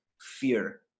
Fear